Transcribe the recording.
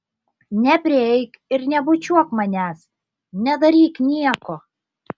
neprieik ir nebučiuok manęs nedaryk nieko